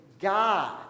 God